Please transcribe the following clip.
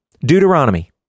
Deuteronomy